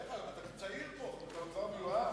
בחייך, אתה צעיר פה, אתה כבר מיואש?